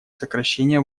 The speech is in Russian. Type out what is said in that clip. сокращения